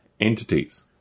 entities